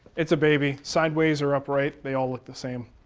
it's a baby, sideways or upright, they all look the same.